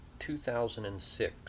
2006